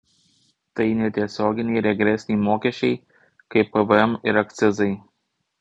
tai netiesioginiai regresiniai mokesčiai kaip pvm ir akcizai